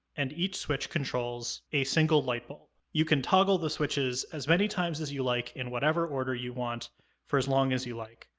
and each switch controls a single light bulb. you can toggle the switches as many times as you like in whatever order you want for as long as you like,